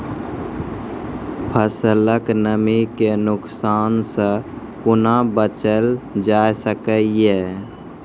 फसलक नमी के नुकसान सॅ कुना बचैल जाय सकै ये?